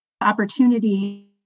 opportunity